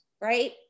right